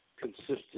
consistent